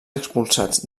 expulsats